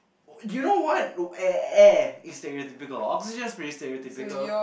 you know what air air is stereotypical oxygen is pretty stereotypical